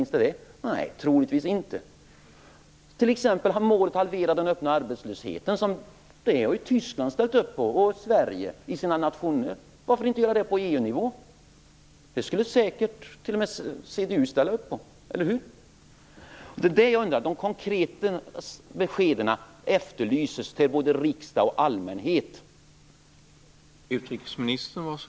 Nej, troligtvis inte. Ta t.ex. målet att halvera den öppna arbetslösheten! Detta har Tyskland och Sverige nationellt ställt sig bakom. Varför inte göra det på EU-nivå? Det skulle säkert t.o.m. CDU ställa sig bakom, eller hur? De konkreta beskeden till både riksdag och allmänhet efterlyses alltså.